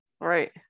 Right